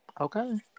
Okay